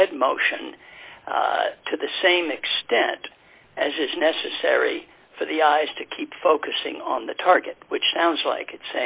the head motion to the same extent as is necessary for the eyes to keep focusing on the target which sounds like it